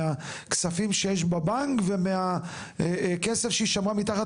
מהכספים שיש בבנק ומהכסף שהיא שמרה מתחת